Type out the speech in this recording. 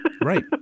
Right